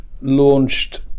launched